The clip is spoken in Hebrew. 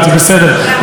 אבל אני לא אביך אותך.